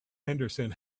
henderson